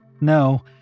No